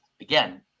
Again